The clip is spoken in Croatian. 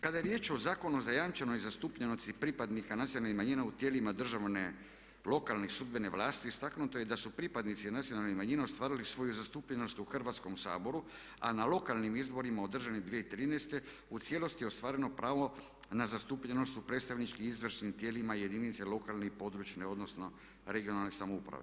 Kada je riječ o zakonom zajamčenoj zastupljenosti pripadnika nacionalnih manjina u tijelima državne, lokalne i sudbene vlasti istaknuto je da su pripadnici nacionalnih manjina ostvarili svoju zastupljenost u Hrvatskom saboru a na lokalnim izborima održanim 2013. u cijelosti je ostvareno pravo na zastupljenost u predstavničkim i izvršnim tijelima jedinice lokalne i područne odnosno regionalne samouprave.